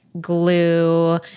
glue